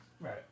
right